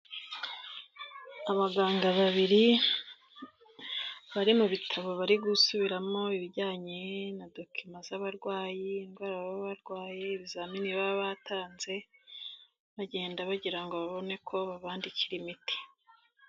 Abaganga babiri bari mu bitabo bari gusubiramo ibijyanye na dokima z'abarwayi indwara baba barwaye, ibizamini baba batanze bagenda bagirango ngo babone ko babandikira imiti.